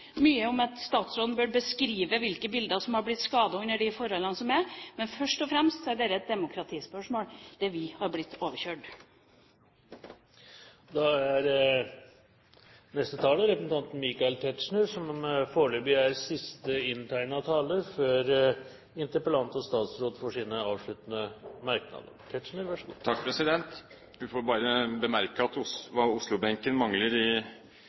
mye om at statsråden burde beskrive hvilke bilder som har blitt skadet under de forholdene som er. Men først og fremst er dette et demokratispørsmål der vi har blitt overkjørt. Jeg vil bare få bemerke at hva Oslo-benken mangler i fremmøte, det tar vi igjen i engasjement og